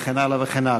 וכן הלאה וכן הלאה.